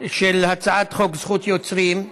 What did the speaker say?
של הצעת חוק זכות יוצרים,